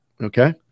Okay